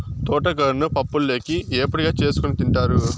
తోటకూరను పప్పులోకి, ఏపుడుగా చేసుకోని తింటారు